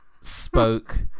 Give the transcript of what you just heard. spoke